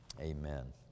Amen